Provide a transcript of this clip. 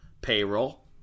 payroll